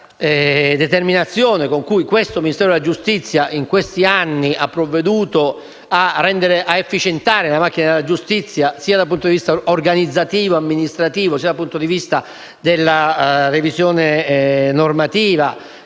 determinazione con cui il Ministero della giustizia in questi anni ha provveduto a efficientare la macchina della giustizia, sia dal punto di vista sia organizzativo e amministrativo, sia della revisione normativa